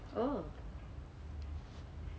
oh